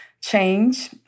Change